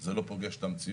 זה לא פוגש את המציאות.